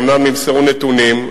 אומנם נמסרו נתונים,